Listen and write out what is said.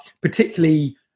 particularly